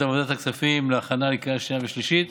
אותה לוועדת הכספים להכנה לקריאה שנייה ושלישית.